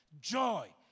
joy